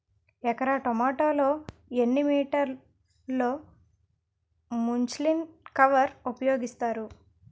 ఎకర టొమాటో లో ఎన్ని మీటర్ లో ముచ్లిన్ కవర్ ఉపయోగిస్తారు?